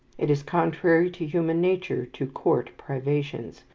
it is contrary to human nature to court privations.